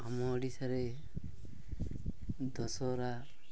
ଆମ ଓଡ଼ିଶାରେ ଦଶହରା